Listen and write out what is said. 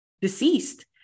deceased